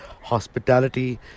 hospitality